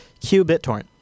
qBitTorrent